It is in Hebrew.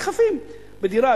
נדחפים בדירה,